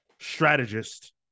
strategist